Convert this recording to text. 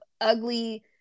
ugly